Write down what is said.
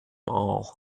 all